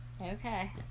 okay